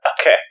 Okay